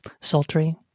Sultry